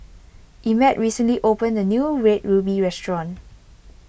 Emmitt recently opened a new Red Ruby Restaurant